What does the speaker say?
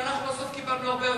ואנחנו קיבלנו בסוף הרבה יותר,